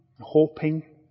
hoping